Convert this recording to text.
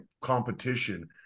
competition